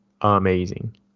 amazing